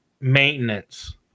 maintenance